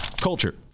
Culture